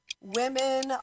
women